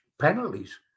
penalties